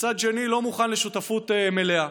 מצד שני לא מוכן לשותפות מלאה.